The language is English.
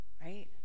Right